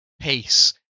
pace